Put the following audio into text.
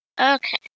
Okay